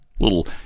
little